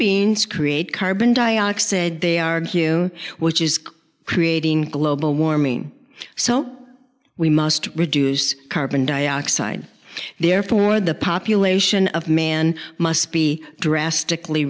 beings create carbon dioxid they argue which is creating global warming so we must reduce carbon dioxide therefore the population of man must be drastically